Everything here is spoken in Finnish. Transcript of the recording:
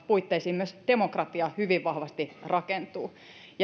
puitteisiin myös demokratia hyvin vahvasti rakentuu